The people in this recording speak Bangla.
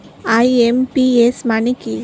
আই.এম.পি.এস মানে কি?